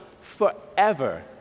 forever